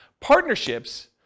partnerships